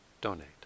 donate